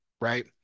Right